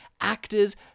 Actors